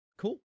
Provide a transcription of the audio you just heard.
Cool